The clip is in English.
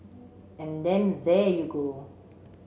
and then there you go